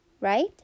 right